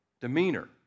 demeanor